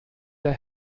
der